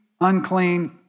unclean